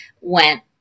went